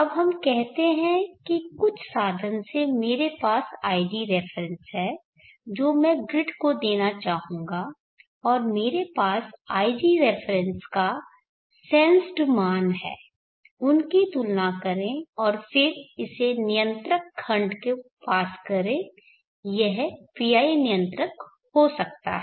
अब हम कहते हैं कि कुछ साधन से मेरे पास ig रेफेरेंस है जो मैं ग्रिड को देना चाहूंगा और मेरे पास ig रेफरेन्स का सेंस्ड मान है उनकी तुलना करें और फिर इसे नियंत्रक खंड को पास करें यह एक PI नियंत्रक हो सकता है